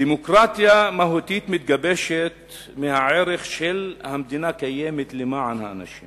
דמוקרטיה מהותית מתגבשת מהערך שהמדינה קיימת למען האנשים